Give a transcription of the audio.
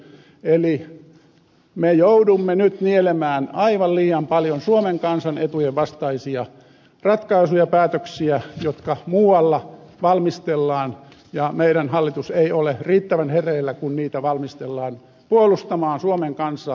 eli me joudumme nyt nielemään aivan liian paljon suomen kansan etujen vastaisia ratkaisuja päätöksiä jotka muualla valmistellaan ja meidän hallituksemme ei ole riittävän hereillä kun niitä valmistellaan puolustamaan suomen kansaa